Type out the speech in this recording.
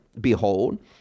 Behold